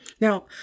Now